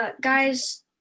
guy's